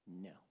No